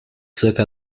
zirka